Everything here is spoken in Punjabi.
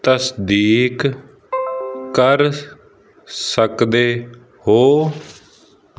ਤਸਦੀਕ ਕਰ ਸਕਦੇ ਹੋ